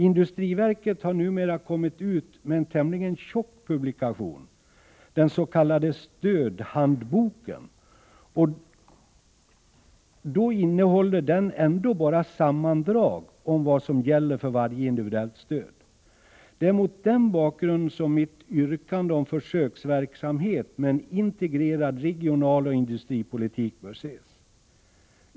Industriverket har numera kommit ut med en tämligen tjock publikation, den s.k. stödhandboken. Då innehåller den ändå bara sammandrag av vad som gäller för varje individuellt stöd. Det är mot denna bakgrund som mitt yrkande om försöksverksamhet med en integrerad regionaloch industripolitik bör ses.